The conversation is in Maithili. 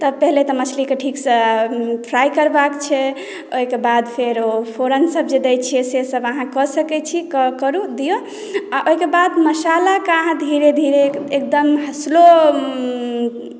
तऽ पहिले तऽ मछलीकेँ ठीकसँ फ्राई करबाक छै ओहिके बाद फेरो फोरनसभ दैत छियै सेसभ अहाँ कऽ सकैत छी करू दियौ आ ओहिके बाद मसालाके अहाँ धीरे धीरे एकदम स्लो